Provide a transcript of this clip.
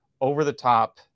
over-the-top